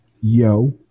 yo